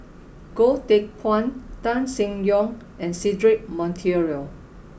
Goh Teck Phuan Tan Seng Yong and Cedric Monteiro